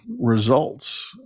results